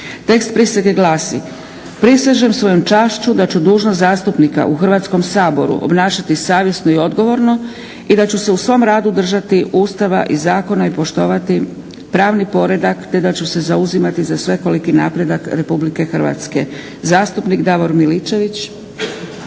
Tekst prisege glasi. "prisežem svojom čašću da ću dužnost zastupnika u Hrvatskom saboru obnašati savjesno i odgovorno i da ću se u svom radu držati Ustava i zakona i poštovati pravni poredak te da ću se zauzimati za svekoliki napredak RH. Zastupnik Davor Miličević.